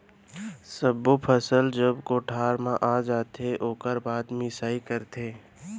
सब्बो फसल जब कोठार म आ जाथे ओकर बाद मिंसाई करथे